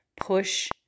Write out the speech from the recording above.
push